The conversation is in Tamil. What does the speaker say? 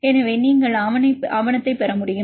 எனவே நீங்கள் ஆவணங்களைப் பெறலாம்